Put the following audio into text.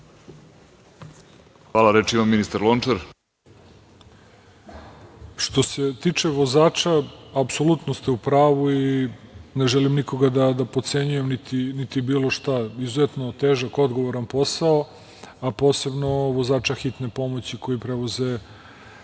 Lončar. **Zlatibor Lončar** Što se tiče vozača, apsolutno ste u pravu, ne želim nikoga da potcenjujem, niti bilo šta. Izuzetno težak i odgovoran posao, a posebno vozača hitne pomoći koji prevoze